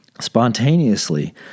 Spontaneously